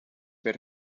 per